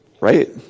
right